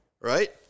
Right